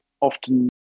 often